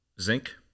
Zinc